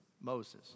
Moses